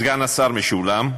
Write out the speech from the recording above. סגן השר משולם,